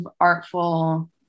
artful